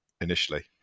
initially